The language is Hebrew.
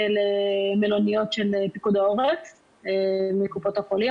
למלוניות של פיקוד העורף מקופות החולים,